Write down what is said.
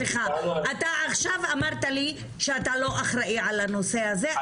אתה עכשיו אמרת לי שאתה לא אחראי על הנושא הזה,